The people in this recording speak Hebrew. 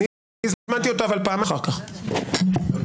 אני הזמנתי אותו אחר כך פעמיים.